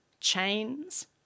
chains